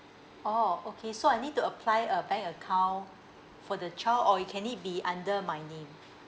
oh okay so I need to apply a bank account for the child or can it be under my name